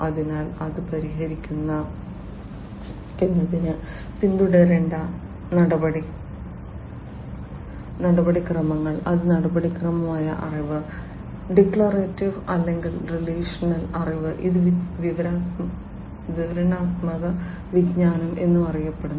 അതിനാൽ അത് പരിഹരിക്കുന്നതിന് പിന്തുടരേണ്ട നടപടിക്രമങ്ങൾ അത് നടപടിക്രമപരമായ അറിവ് ഡിക്ലറേറ്റീവ് അല്ലെങ്കിൽ റിലേഷണൽ അറിവ് ഇത് വിവരണാത്മക വിജ്ഞാനം എന്നും അറിയപ്പെടുന്നു